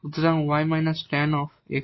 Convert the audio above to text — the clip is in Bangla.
সুতরাং y tan xy2 c হবে